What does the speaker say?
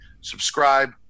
subscribe